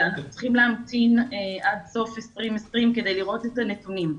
שאנחנו צריכים להמתין עד סוף 2020 כדי לראות את הנתונים.